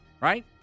Right